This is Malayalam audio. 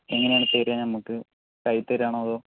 എങ്ങനെയാണോ തരിക നമുക്ക് കയ്യിൽ തരുവാണോ അതോ